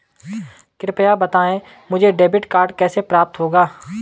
कृपया बताएँ मुझे डेबिट कार्ड कैसे प्राप्त होगा?